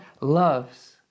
loves